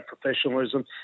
professionalism